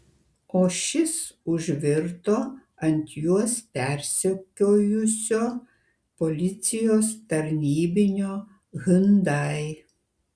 o šis užvirto ant juos persekiojusio policijos tarnybinio hyundai